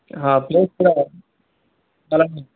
ఆ ప్లేస్ కూడా చాలా